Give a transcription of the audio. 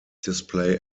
display